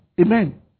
Amen